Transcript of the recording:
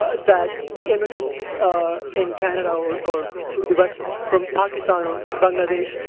ah that the immigrants in canada or or the west, from pakistan or bangladesh,